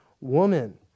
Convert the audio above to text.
woman